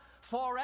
forever